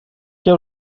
què